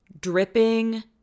dripping